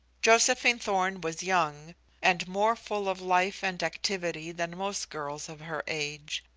josephine thorn was young and more full of life and activity than most girls of her age.